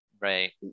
Right